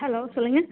hello சொல்லுங்கள்